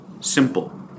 simple